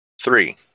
Three